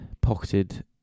pocketed